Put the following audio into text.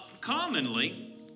Commonly